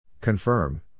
Confirm